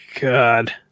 God